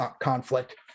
conflict